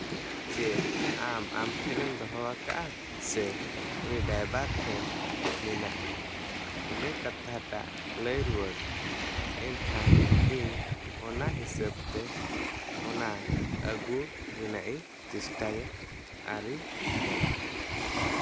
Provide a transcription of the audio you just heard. ᱡᱮ ᱟᱢ ᱟᱢ ᱴᱷᱮᱱᱮᱢ ᱫᱚᱦᱚ ᱟᱠᱟᱫᱼᱟ ᱥᱮ ᱩᱱᱤ ᱰᱟᱭᱵᱷᱟᱨ ᱴᱷᱮᱱ ᱢᱮᱱᱟᱜᱼᱟ ᱤᱱᱟᱹ ᱠᱟᱛᱷᱟᱴᱟᱜ ᱞᱟᱹᱭ ᱨᱩᱣᱟᱹᱲ ᱢᱮ ᱮᱱ ᱠᱷᱟᱱ ᱤᱧ ᱚᱱᱟ ᱦᱤᱥᱟᱹᱵ ᱛᱮ ᱚᱱᱟ ᱟᱹᱜᱩ ᱨᱮᱱᱟᱜ ᱤᱧ ᱪᱮᱥᱴᱟᱭᱟ ᱟᱨᱤᱧ ᱪᱟᱞᱟᱜᱼᱟ